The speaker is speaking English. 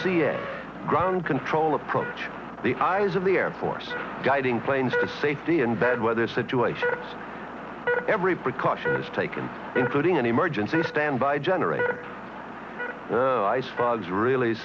a ground control approach the eyes of the air force guiding planes to safety in bad weather situations every precaution is taken including an emergency standby generator is really